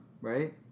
right